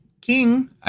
king